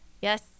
yes